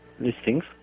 listings